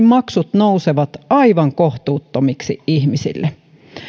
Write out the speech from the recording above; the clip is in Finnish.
maksut nousevat aivan kohtuuttomiksi ihmisille